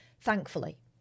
thankfully